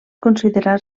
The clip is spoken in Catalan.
considerar